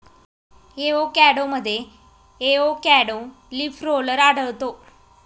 एवोकॅडोमध्ये avocado leaf roller आढळतो